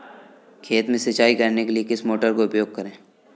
खेत में सिंचाई करने के लिए किस मोटर का उपयोग करें?